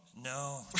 No